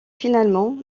finalement